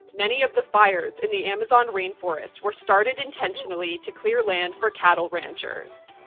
many of the fires in the amazon rain forest were started intentionally to clear land for cattle ranchers.